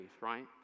right